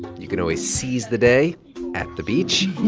you can always seize the day at the beach.